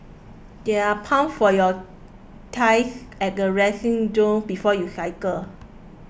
there are pumps for your tyres at the resting zone before you cycle